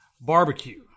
Barbecue